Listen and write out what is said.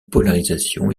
polarisation